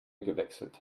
gewechselt